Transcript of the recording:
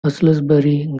aylesbury